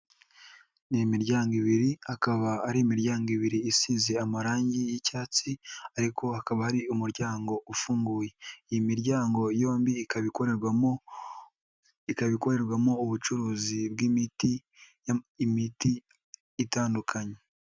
Ni imiryango ibiri, akaba ari imiryango ibiri isize amarangi y'icyatsi ariko akaba ari umuryango ufunguye, iyi miryango yombi ikaba ikorerwamo ubucuruzi bw'imiti itandukanye.